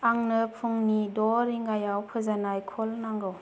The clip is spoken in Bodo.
आंनो फुंनि द' रिंगायाव फोजानाय कल नांगौ